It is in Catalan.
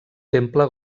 temple